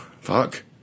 Fuck